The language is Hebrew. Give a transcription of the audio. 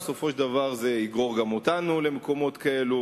בסופו של דבר זה יגרור גם אותנו למקומות כאלה,